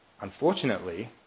Unfortunately